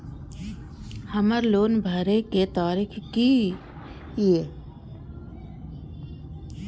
हमर लोन भरए के तारीख की ये?